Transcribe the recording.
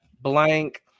Blank